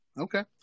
Okay